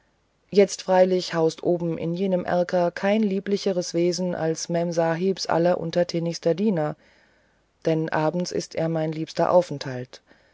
jetzt freilich haust oben in jenem erker kein lieblicheres wesen als memsahibs alleruntertänigster diener denn abends ist er mein liebster aufenthalt